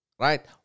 right